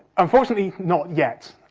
unfortunately, not yet.